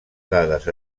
dades